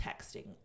texting